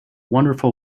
wonderful